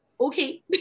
Okay